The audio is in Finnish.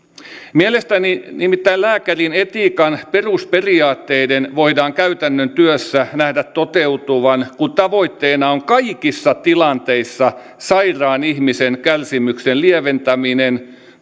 mielestäni nimittäin lääkärin etiikan perusperiaatteiden voidaan käytännön työssä nähdä toteutuvan kun tavoitteena on kaikissa tilanteissa sairaan ihmisen kärsimyksen lieventäminen